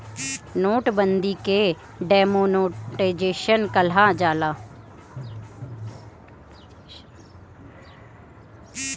note बंदी के demonetisation कहल जाला